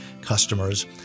customers